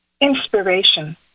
inspiration